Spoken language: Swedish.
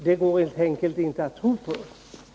Det går helt enkelt inte för folk att tro på vpk.